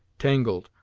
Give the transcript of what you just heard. tangled,